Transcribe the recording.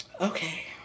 Okay